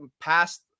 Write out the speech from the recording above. past